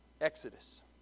Exodus